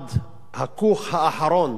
עד הכוך האחרון